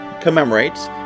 commemorates